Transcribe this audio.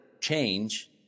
change